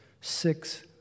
six